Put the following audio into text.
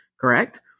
correct